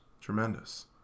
Tremendous